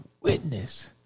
witness